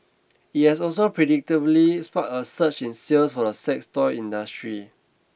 it has also predictably sparked a surge in sales for the sex toy industry